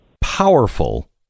powerful